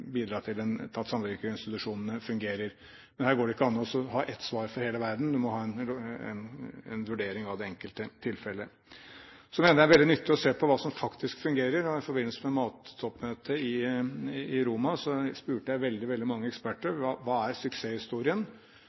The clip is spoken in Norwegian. bidra til at samvirkeinstitusjonene fungerer. Men her går det ikke an å ha ett svar for hele verden, man må ha en vurdering av det enkelte tilfelle. Så mener jeg det er veldig nyttig å se på hva som faktisk fungerer. I forbindelse med mat-toppmøtet i Roma spurte jeg veldig mange eksperter: Hva er suksesshistorien?